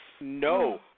No